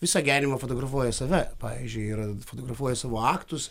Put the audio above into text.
visą gyvenimą fotografuoja save pavyzdžiui ir fotografuoja savo aktus